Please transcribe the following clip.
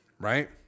right